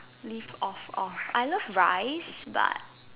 live off of I love rice but